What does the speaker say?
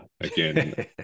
again